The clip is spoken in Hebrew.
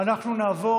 אינו נוכח